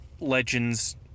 legends